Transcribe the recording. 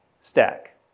stack